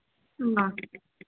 ꯎꯝ